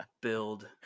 build